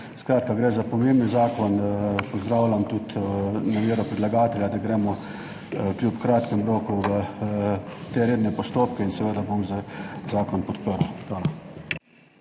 Skratka, gre za pomemben zakon, pozdravljam tudi namero predlagatelja, da gremo kljub kratkem roku v te redne postopke in seveda bom zakon podprl.